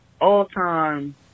all-time